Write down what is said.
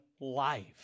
life